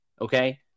Okay